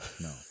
no